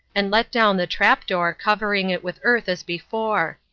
and let down the trapdoor, covering it with earth as before.